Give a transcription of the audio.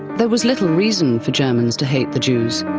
there was little reason for germans to hate the jews.